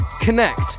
connect